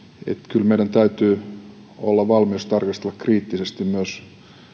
kyllä meillä täytyy olla valmius tarkastella kriittisesti myös